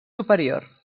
superior